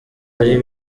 hari